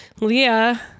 leah